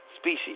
species